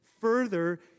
further